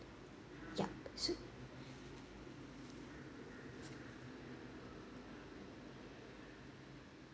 yup su~